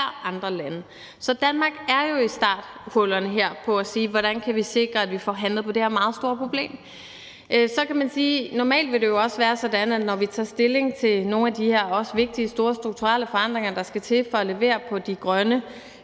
før andre lande. Så Danmark er jo i starthullerne ved at sige: Hvordan kan vi sikre, at vi får handlet på det her meget stort problem? Så kan man sige, at det normalt vil være sådan, at når vi tager stilling til nogle af de her store og vigtige strukturelle forandringer, der skal til, for at levere på de grønne